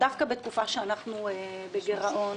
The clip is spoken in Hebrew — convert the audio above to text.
דווקא בתקופה שאנחנו בגירעון.